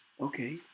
Okay